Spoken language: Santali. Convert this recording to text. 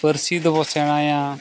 ᱯᱟᱹᱨᱥᱤ ᱫᱚᱵᱚᱱ ᱥᱮᱬᱟᱭᱟ